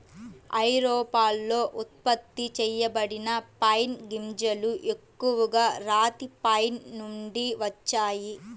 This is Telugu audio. ఐరోపాలో ఉత్పత్తి చేయబడిన పైన్ గింజలు ఎక్కువగా రాతి పైన్ నుండి వచ్చాయి